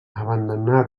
abandonar